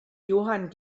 johann